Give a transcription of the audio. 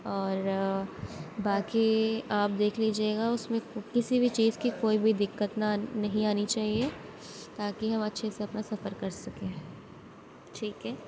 اور باقی آپ دیکھ لیجیے گا اُس میں کسی بھی چیز کی کوئی بھی دقت نا نہیں آنی چاہیے تا کہ ہم اچھے سے اپنا سفر کر سکیں ٹھیک ہے